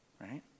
Right